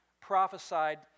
prophesied